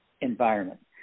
environment